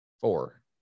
Four